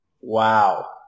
Wow